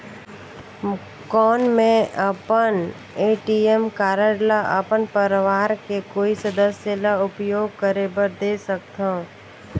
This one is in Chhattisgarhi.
कौन मैं अपन ए.टी.एम कारड ल अपन परवार के कोई सदस्य ल उपयोग करे बर दे सकथव?